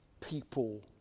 people